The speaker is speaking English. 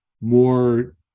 more